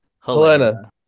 helena